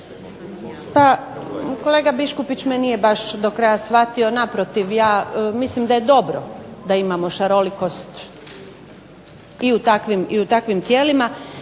Pa kolega Biškupić me nije baš do kraja shvatio. Naprotiv ja mislim da je dobro da imamo šarolikost i u takvim tijelima,